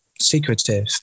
secretive